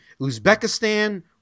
Uzbekistan